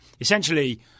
essentially